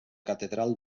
catedral